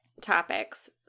topics